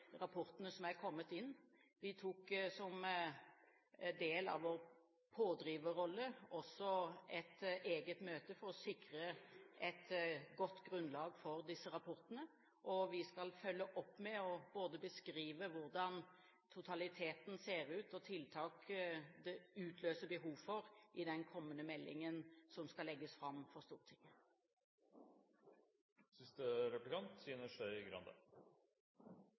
rapportene som er kommet inn. Vi tok som del av vår pådriverrolle også et eget møte for å sikre et godt grunnlag for disse rapportene, og vi skal følge opp med både å beskrive hvordan totaliteten ser ut, og tiltak det utløser behov for, i den kommende meldingen som skal legges fram for Stortinget.